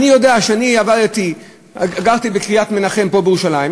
גרתי בקריית-מנחם פה בירושלים,